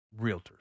realtors